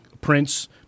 prince